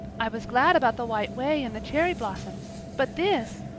i was glad about the white way and the cherry blossoms but this!